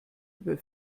über